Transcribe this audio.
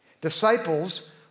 Disciples